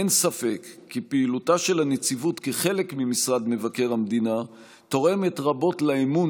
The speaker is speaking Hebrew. אין ספק כי פעילותה של הנציבות כחלק ממשרד מבקר המדינה תורמת רבות לאמון